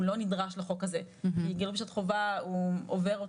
הוא לא נדרש לחוק הזה --- של חובה הוא עובר אותו.